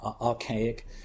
archaic